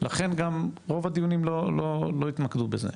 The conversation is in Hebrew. לכן גם רוב הדיונים לא התמקדו בזה.